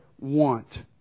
want